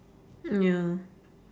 mm ya